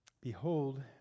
Behold